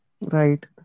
Right